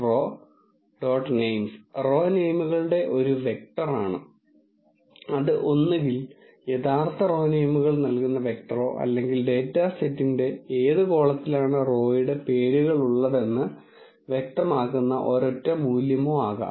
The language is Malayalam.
names റോ നെയിമുകളുടെ ഒരു വെക്ടറാണ് അത് ഒന്നുകിൽ യഥാർത്ഥ റോ നെയിമുകൾ നൽകുന്ന വെക്ടറോ അല്ലെങ്കിൽ ഡാറ്റാ സെറ്റിന്റെ ഏത് കോളത്തിലാണ് റോയുടെ പേരുകളുള്ളതെന്ന് വ്യക്തമാക്കുന്ന ഒരൊറ്റ മൂല്യമോ ആകാം